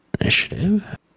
initiative